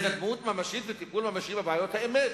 התקדמות ממשית וטיפול ממשי בבעיות האמת.